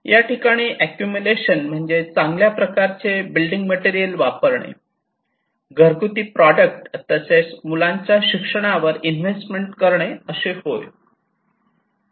या ठिकाणी अॅक्युमुलेशन म्हणजे चांगल्या प्रकारचे बिल्डिंग मटेरियल वापरणे घरगुती प्रॉडक्ट तसेच मुलांच्या शिक्षणावर इन्वेस्टमेंट करणे असे होय